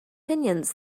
opinions